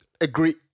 Agree